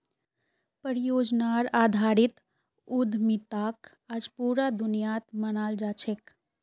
परियोजनार आधारित उद्यमिताक आज पूरा दुनियात मानाल जा छेक